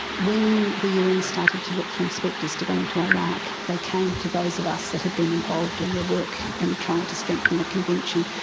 when the un started to look for inspectors to go into iraq they came to those of us that had been involved in the work and trying to strengthen the convention.